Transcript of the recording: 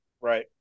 right